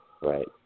Right